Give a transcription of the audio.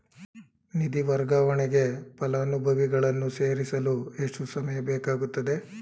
ನಿಧಿ ವರ್ಗಾವಣೆಗೆ ಫಲಾನುಭವಿಗಳನ್ನು ಸೇರಿಸಲು ಎಷ್ಟು ಸಮಯ ಬೇಕಾಗುತ್ತದೆ?